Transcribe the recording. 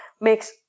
makes